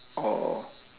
oh